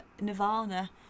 Nirvana